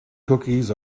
cookies